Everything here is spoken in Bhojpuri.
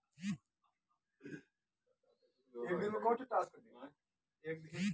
फ़ंड कुल दावेदार कंपनियन आपन तकनीक आगे अड़ावे खातिर देवलीन